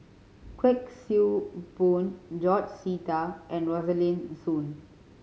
Kuik Swee Boon George Sita and Rosaline Soon